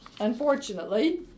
unfortunately